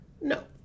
No